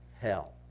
hell